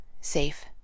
safe